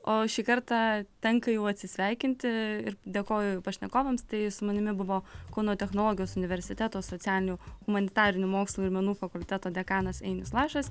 o šį kartą tenka jau atsisveikinti ir dėkoju pašnekovams tai su manimi buvo kauno technologijos universiteto socialinių humanitarinių mokslų ir menų fakulteto dekanas ainius lašas